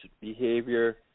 behavior